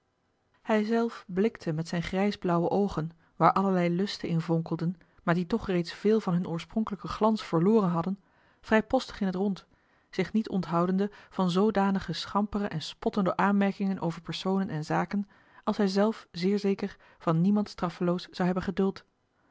hij zelf blikte met zijne grijs blauwe oogen waar allerlei lusten in vonkelden maar die toch reeds veel van hun oorspronkelijken glans verloren hadden vrijpostig in t rond zich niet onthoudende van zoodanige schampere en spottende aanmerkingen over personen en zaken als hij zelf zeer zeker van niemand straffeloos zou hebben geduld